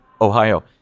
Ohio